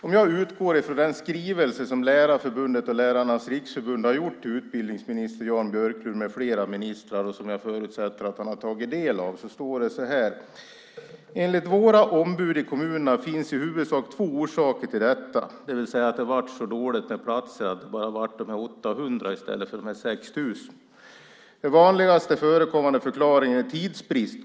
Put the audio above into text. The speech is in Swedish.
Om jag utgår från den skrivelse som Lärarförbundet och Lärarnas Riksförbund har skickat till utbildningsminister Jan Björklund med flera ministrar, och som jag förutsätter att han har tagit del av, står det: Enligt våra ombud i kommunerna finns det i huvudsak två orsaker till detta - det vill säga att det har varit så dåligt med platser och att det har varit bara dessa 800 i stället för de 6 000. Den vanligast förekommande förklaringen är tidsbrist.